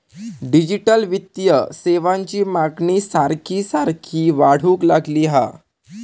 digital वित्तीय सेवांची मागणी सारखी सारखी वाढूक लागली हा